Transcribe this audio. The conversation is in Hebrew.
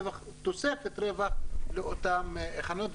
תוספת רווח לאותן חנויות,